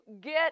get